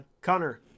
Connor